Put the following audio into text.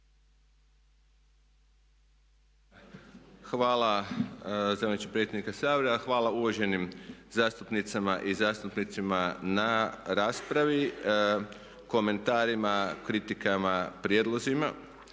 Hvala zamjeniče predsjedniče Sabora, hvala uvaženim zastupnicama i zastupnicima na raspravi, komentarima, kritikama, prijedlozima.